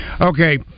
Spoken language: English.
Okay